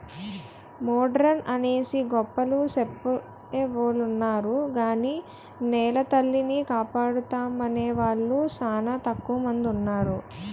modern అనేసి గొప్పలు సెప్పెవొలున్నారు గాని నెలతల్లిని కాపాడుతామనేవూలు సానా తక్కువ మందున్నారు